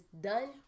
done